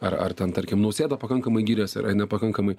ar ar ten tarkim nausėda pakankamai girias ar nepakankamai